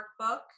workbook